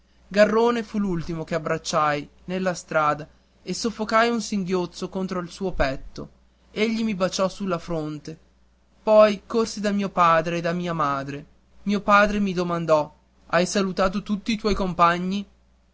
garrone fu l'ultimo che abbracciai nella strada e soffocai un singhiozzo contro il suo petto egli mi baciò sulla fronte poi corsi da mio padre e da mia madre mio padre mi domandò hai salutati tutti i tuoi compagni